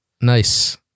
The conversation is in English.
Nice